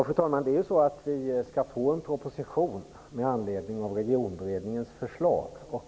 Fru talman! Vi skall ju få en proposition med anledning av Regionberedningens förslag.